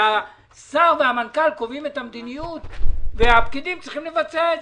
שהשר והמנכ"ל קובעים את המדיניות והפקידים צריכים לבצע אותה.